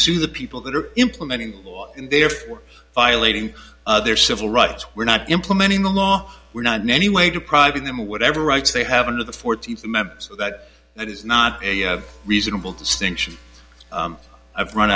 see the people there implementing the law and therefore violating their civil rights we're not implementing the law we're not in any way depriving them of whatever rights they have into the fourteenth amendment so that it is not a reasonable distinction i've run